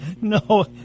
No